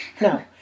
no